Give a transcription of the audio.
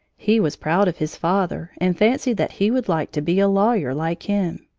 he was proud of his father and fancied that he would like to be a lawyer like him.